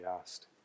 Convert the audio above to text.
asked